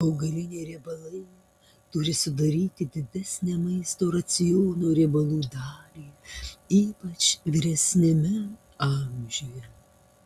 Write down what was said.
augaliniai riebalai turi sudaryti didesnę maisto raciono riebalų dalį ypač vyresniame amžiuje